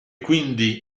quindi